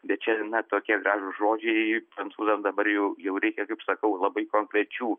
bet čia na tokie gražūs žodžiai prancūzam dabar jau jau reikia kaip sakau labai konkrečių